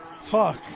Fuck